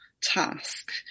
task